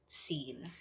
scene